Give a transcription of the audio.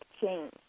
change